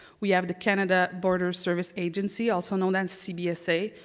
we have the canada border service agency, also known as cbsa,